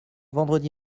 vendredi